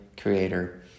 creator